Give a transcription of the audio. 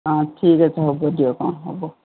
অঁ ঠিক আছে হ'ব দিয়ক অঁ হ'ব